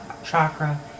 Chakra